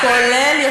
--- כולל ביטן.